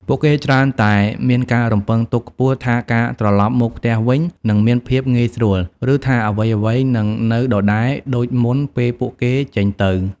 ពួកគេច្រើនតែមានការរំពឹងទុកខ្ពស់ថាការត្រឡប់មកផ្ទះវិញនឹងមានភាពងាយស្រួល ឬថាអ្វីៗនឹងនៅដដែលដូចមុនពេលពួកគេចេញទៅ។